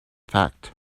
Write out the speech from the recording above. fact